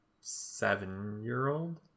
seven-year-old